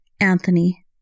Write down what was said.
Anthony